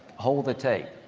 hold the tape.